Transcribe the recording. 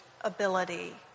ability